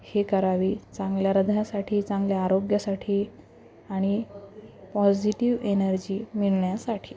हे करावी चांगल्या हृदयासाठी चांगल्या आरोग्यासाठी आणि पॉजिटिव्ह एनर्जी मिळण्यासाठी